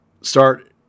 start